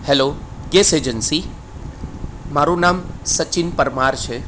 hello gas agency મારું નામ સચિન પરમાર છે